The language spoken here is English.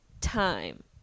time